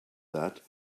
that